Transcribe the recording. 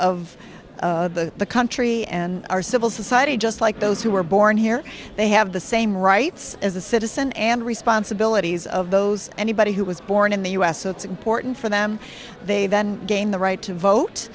of the the country and our civil society just like those who were born here they have the same rights as a citizen and responsibilities of those anybody who was born in the u s so it's important for them they then gain the right to vote